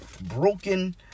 broken